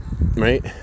right